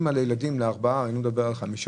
אימא לארבעה ילדים אני לא מדבר על חמישה,